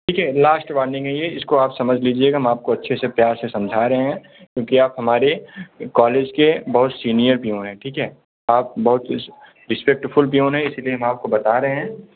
ठीक है last warning है यह इसको आप समझ लीजिएगा हम आपको अच्छे से प्यार से समझा रहे हैं क्योंकि आप हमारे कॉलेज़ के बहुत सीनियर प्यून हैं ठीक है आप बहुत रेस्पेक्टफुल प्यून हैं इसीलिए हम आपको बता रहे हैं